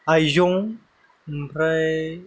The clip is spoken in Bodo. आइजं ओमफ्राय